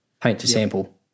paint-to-sample